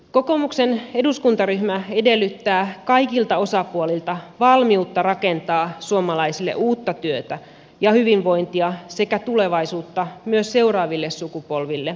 kokoomuksen eduskuntaryhmä edellyttää kaikilta osapuolilta valmiutta rakentaa suomalaisille uutta työtä ja hyvinvointia sekä tulevaisuutta myös seuraaville sukupolville